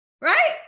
Right